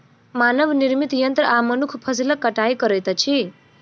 मानव निर्मित यंत्र आ मनुख फसिलक कटाई करैत अछि